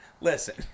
listen